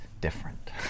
different